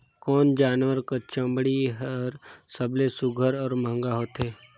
कोन जानवर कर चमड़ी हर सबले सुघ्घर और महंगा होथे?